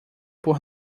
por